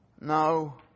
no